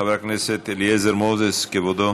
חבר הכנסת אליעזר מוזס, כבודו,